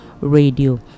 Radio